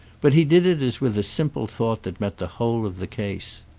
but he did it as with a simple thought that met the whole of the case.